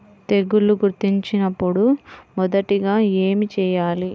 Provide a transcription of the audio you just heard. తెగుళ్లు గుర్తించినపుడు మొదటిగా ఏమి చేయాలి?